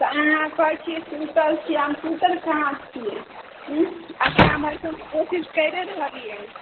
तऽ अहाँ कहैत छियै सुतल छियै अहाँ सुतल कहाँ छियै अपना भरि तऽ कोशिश करि रहलियै हँ